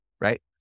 right